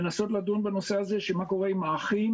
לנסות לדון בנושא הזה של מה קורה עם האחים